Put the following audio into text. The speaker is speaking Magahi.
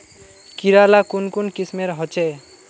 कीड़ा ला कुन कुन किस्मेर होचए?